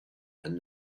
and